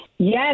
Yes